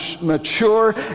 mature